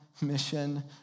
mission